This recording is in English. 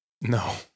No